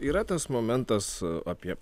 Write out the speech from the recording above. yra tas momentas apie